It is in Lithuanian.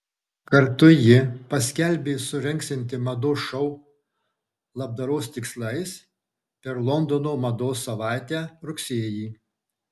kartu ji paskelbė surengsianti mados šou labdaros tikslais per londono mados savaitę rugsėjį